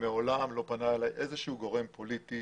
ומעולם לא פנה אלי איזשהו גורם פוליטי